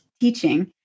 teaching